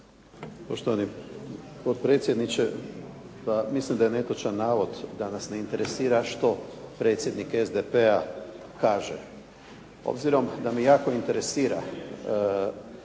Poštovani potpredsjedniče, pa mislim da je netočan navod da nas ne interesira što predsjednik SDP-a kaže. Obzirom da me jako interesira pa bih